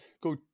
Go